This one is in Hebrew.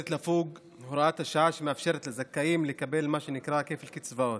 הוראת השעה שמאפשרת לזכאים לקבל מה שנקרא כפל קצבאות,